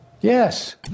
Yes